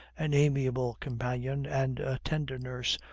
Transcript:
an amiable companion, and a tender nurse,